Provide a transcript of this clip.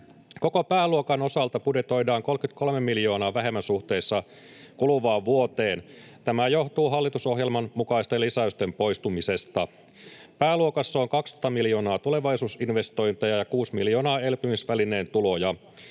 Koko pääluokan osalta budjetoidaan 33 miljoonaa vähemmän suhteessa kuluvaan vuoteen. Tämä johtuu hallitusohjelman mukaisten lisäysten poistumisesta. Pääluokassa on 12 miljoonaa tulevaisuusinvestointeja ja 6 miljoonaa elpymisvälineen tuloja.